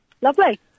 Lovely